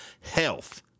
health